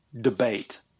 debate